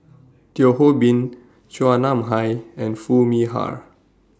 Teo Ho Pin Chua Nam Hai and Foo Mee Har